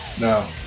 No